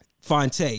Fonte